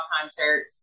concert